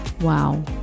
Wow